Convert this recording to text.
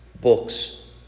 books